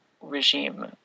regime